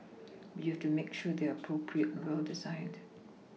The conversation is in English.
but you've to make sure they're appropriate and well designed